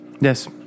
Yes